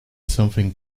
something